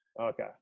Okay